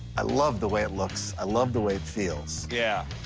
i love the way it looks. i love the way it feels. yeah.